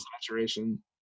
saturation